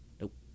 Nope